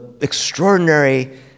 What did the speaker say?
extraordinary